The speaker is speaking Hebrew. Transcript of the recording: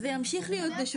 וזה ימשיך להיות משותף.